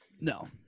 No